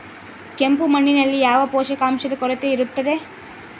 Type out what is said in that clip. ಕೆಂಪು ಮಣ್ಣಿನಲ್ಲಿ ಯಾವ ಪೋಷಕಾಂಶದ ಕೊರತೆ ಇರುತ್ತದೆ?